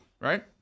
Right